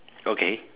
okay